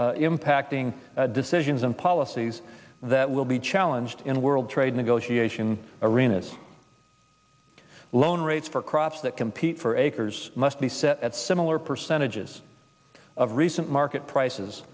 impacting decisions and policies that will be challenged in the world trade negotiation arenas loan rates for crops that compete for acres must be set at similar percentages of recent market prices